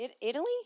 Italy